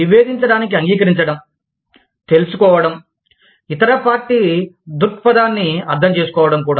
విభేదించడానికి అంగీకరించడం తెలుసుకోవడం ఇతర పార్టీ దృక్పథాన్ని అర్థం చేసుకోవడం కూడా